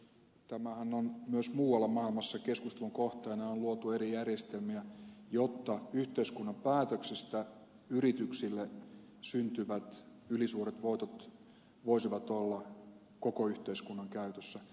tämähän on myös muualla maailmassa keskustelun kohteena ja on luotu eri järjestelmiä jotta yhteiskunnan päätöksistä yrityksille syntyvät ylisuuret voitot voisivat olla koko yhteiskunnan käytössä